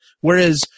Whereas